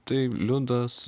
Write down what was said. tai liudas